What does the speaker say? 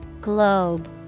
Globe